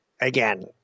Again